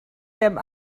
them